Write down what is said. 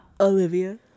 Olivia